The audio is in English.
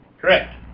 Correct